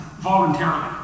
voluntarily